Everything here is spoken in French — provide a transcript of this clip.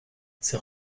ses